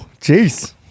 Jeez